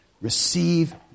Receive